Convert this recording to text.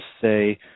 say